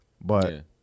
but-